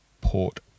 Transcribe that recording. Port